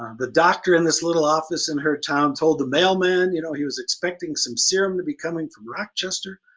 the doctor in this little office in her town told the mailman, you know he was expecting some serum to be coming from rochester,